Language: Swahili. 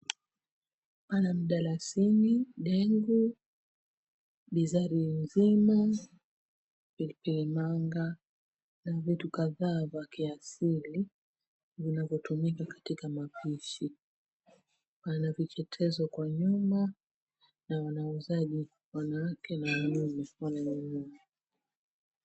Pana mdalasini, dengu, bizari nzima, pilipili manga na vitu kadhaa vya kiasili vinavyotumika katika mapishi. Wana vichetezo kwa nyuma na wanauzaji wanawake na wanaume kwa nyuma.